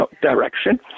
direction